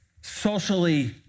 socially